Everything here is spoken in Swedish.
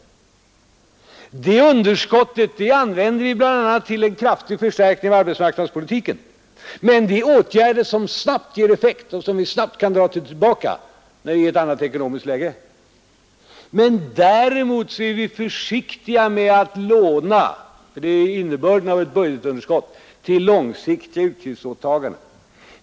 Det underskottet uppstår bl.a. på grund av en kraftig förstärkning av arbetsmarknadspolitiken. Men det är åtgärder som snabbt ger effekt och som vi i ett annat ekonomiskt läge snabbt kan dra tillbaka. Däremot är vi försiktiga med att låna — att man lånar är innebörden av ett budgetunderskott — till långsiktiga utgiftsåtaganden.